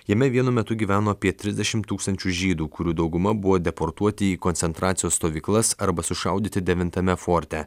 jame vienu metu gyveno apie trisdešimt tūkstančių žydų kurių dauguma buvo deportuoti į koncentracijos stovyklas arba sušaudyti devintame forte